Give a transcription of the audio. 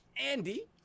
Andy